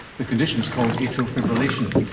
the condition's called atrial fibrillation.